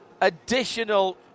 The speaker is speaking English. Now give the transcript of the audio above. additional